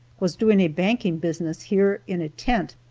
was doing a banking business here in a tent.